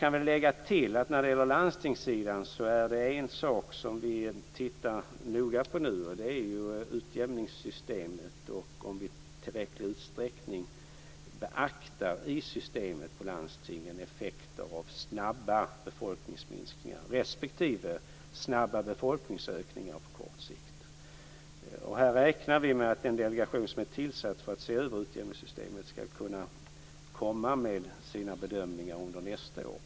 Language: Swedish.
Jag kan lägga till att en sak som vi tittar noga på nu är utjämningssystemet och om vi i systemet i tillräcklig utsträckning beaktar effekter för landstingen av snabba befolkningsminskningar respektive snabba befolkningsökningar på kort sikt. Vi räknar med att den delegation som är tillsatt för att se över utjämningssystemet ska komma med sina bedömningar på området under nästa år.